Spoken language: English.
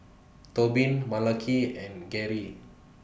Tobin Malaki and Garey